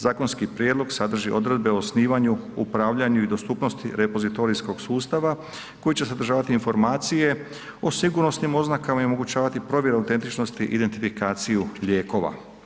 Zakonski prijedlog sadrži odredbe o osnivanju, upravljanju i dostupnosti repozitorijskog sustava koji će sadržavati informacije o sigurnosnim oznakama i omogućavati provjeru autentičnosti, identifikaciju lijekova.